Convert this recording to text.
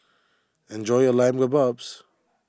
enjoy your Lamb Kebabs